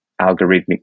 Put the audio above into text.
algorithmic